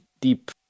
deep